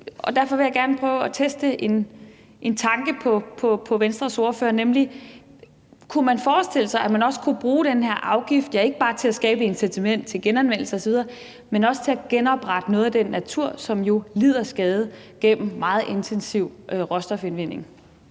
Derfor vil jeg gerne prøve at teste en tanke på Venstres ordfører, nemlig: Kunne man forestille sig, at man også kunne bruge den her afgift, ja, ikke bare til at skabe et incitament til genanvendelse osv., men også til at genoprette noget af den natur, som jo lider skade gennem meget intensiv råstofindvinding?